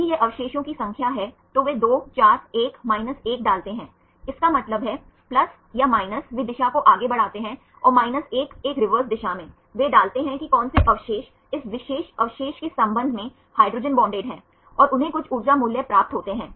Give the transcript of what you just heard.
यदि यह अवशेषों की संख्या है तो वे 2 4 1 1 डालते हैं इसका मतलब है प्लस या माइनस वे दिशा को आगे बढ़ाते हैं और 1 एक रिवर्स दिशा में वे डालते हैं कि कौन से अवशेष इस विशेष अवशेष के संबंध में हाइड्रोजन बोंडेड हैं और उन्हें कुछ ऊर्जा मूल्य प्राप्त होते हैं